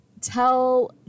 tell